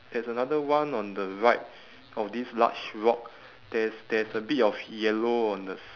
there's another one on the right of this large rock there's there's a bit of yellow on the s~